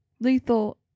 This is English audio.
lethal